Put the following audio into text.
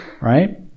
right